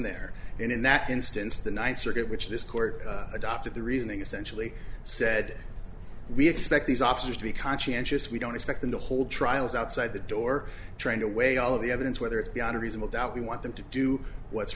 there and in that instance the ninth circuit which this court adopted the reasoning essentially said we expect these officers to be conscientious we don't expect them to hold trials outside the door trying to weigh all of the evidence whether it's beyond a reasonable doubt we want them to do what's